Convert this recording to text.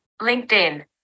LinkedIn